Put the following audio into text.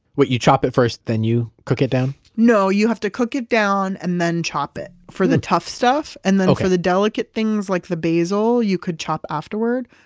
wait, you chop it first, then you cook it down? no, you have to cook it down and then chop it, for the tough stuff. and then for the delicate things like the basil, you could chop afterward.